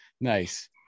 Nice